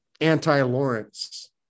anti-Lawrence